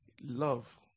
love